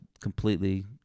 completely